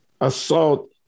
assault